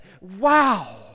Wow